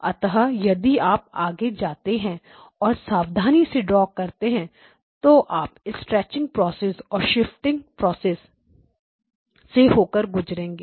अतः यदि आप आगे जाते हैं और सावधानी से ड्रा करते हैं तो आप स्ट्रेचिंग प्रक्रिया और शिफ्टिंग प्रक्रिया shifting process से होकर गुजरेंगे